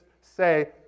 say